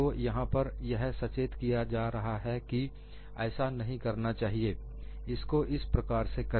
तो यहां पर यह सचेत किया जा रहा है कि ऐसा नहीं करना चाहिए इसको इस प्रकार से करें